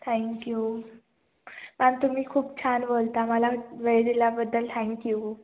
thank you ma'am तुम्ही खूप छान बोलता मला वेळ दिल्याबद्दल थँक्यू